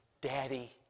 Daddy